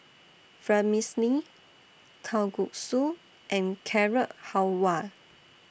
Vermicelli Kalguksu and Carrot Halwa